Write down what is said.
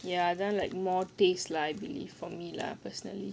ya that [one] like more taste lah I believe for me lah personally